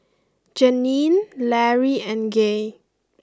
Jeanine Larry and Gaye